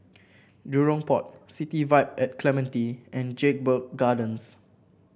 Jurong Port City Vibe at Clementi and Jedburgh Gardens